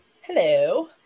Hello